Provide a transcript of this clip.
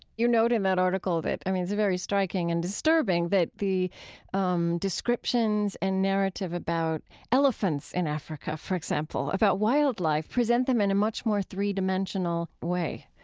you note in that article, i mean, it's very striking and disturbing, that the um descriptions and narrative about elephants in africa, for example, about wildlife, present them in a much more three-dimensional way,